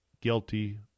guilty